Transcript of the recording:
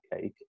cake